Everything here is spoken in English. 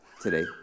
today